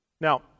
Now